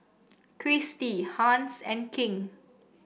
Christi Hans and King